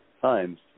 times